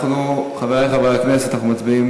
חברי חברי הכנסת, אנחנו מצביעים